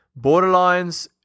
Borderlines